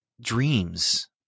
dreams